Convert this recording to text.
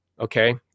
okay